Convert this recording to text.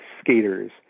skaters